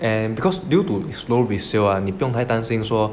and because due to its slow resale ah 你不用太担心说